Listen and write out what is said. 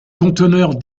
conteneur